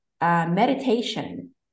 meditation